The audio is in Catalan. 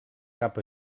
cap